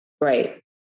Right